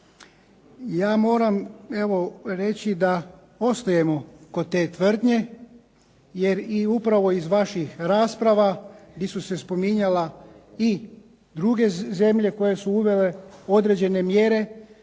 ja moram evo reći da ostajemo kod te tvrdnje jer i upravo iz vaših rasprava gdje su se spominjale i druge zemlje koje su uvele određene mjere,